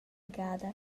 gada